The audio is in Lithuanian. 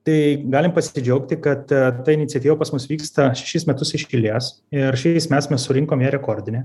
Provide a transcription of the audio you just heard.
tai galim pasidžiaugti kad ta iniciatyva pas mus vyksta šešis metus iš eilės ir šiais mes mes surinkom ją rekordinę